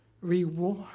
reward